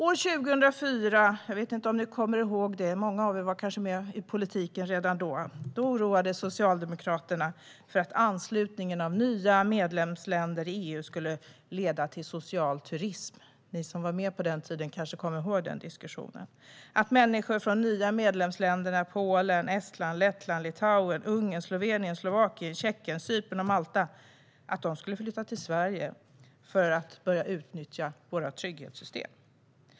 År 2004 - jag vet inte om ni kommer ihåg det; många av er var kanske med i politiken redan då - oroades Socialdemokraterna för att anslutningen av nya medlemsländer i EU skulle leda till "social turism". Ni som var med på den tiden kanske kommer ihåg den diskussionen, som gick ut på att människor från de nya medlemsländerna Polen, Estland, Lettland, Litauen, Ungern, Slovenien, Slovakien, Tjeckien, Cypern och Malta skulle flytta till Sverige för att börja utnyttja våra trygghetssystem.